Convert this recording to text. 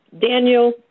Daniel